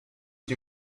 nie